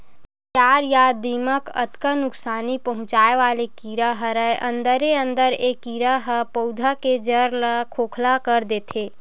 जियार या दिमक अतका नुकसानी पहुंचाय वाले कीरा हरय अंदरे अंदर ए कीरा ह पउधा के जर ल खोखला कर देथे